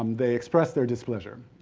um they expressed their displeasure,